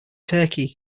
turkey